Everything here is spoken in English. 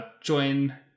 join